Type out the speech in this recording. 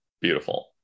beautiful